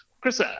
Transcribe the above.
Chris